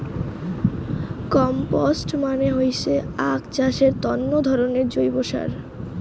compost মানে হইসে আক চাষের তন্ন ধরণের জৈব সার